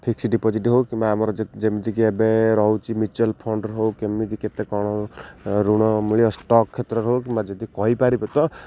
fix deposit ହଉ କିମ୍ବା ଆମର ଯେମିତିି ଏବେ ରହୁଛି ମ୍ୟୁଚୁଆଲ ଫଣ୍ଡରେ ହଉ କେମିତି କେତେ କ'ଣ ଋଣ ମିଳିବ ଷ୍ଟକ୍ କ୍ଷେତ୍ରରେ ହଉ କିମ୍ବା ଯଦି କହିପାରିବେ ତ